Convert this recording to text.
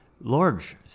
large